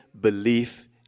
belief